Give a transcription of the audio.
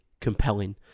compelling